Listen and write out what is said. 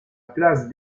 place